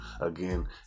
Again